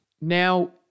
Now